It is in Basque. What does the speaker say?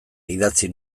idatzi